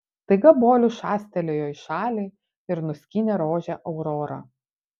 staiga bolius šastelėjo į šalį ir nuskynė rožę aurora